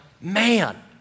man